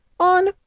on